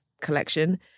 collection